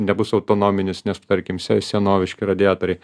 nebus autonominis nes tarkim se senoviški radiatoriai